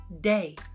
day